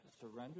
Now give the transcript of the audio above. surrender